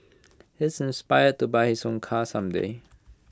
he is inspired to buy his own car some day